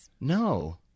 No